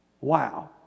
Wow